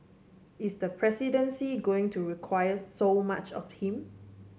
is the presidency going to require so much of him